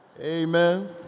Amen